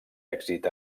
èxit